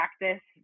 practice